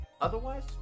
Otherwise